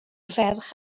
ferch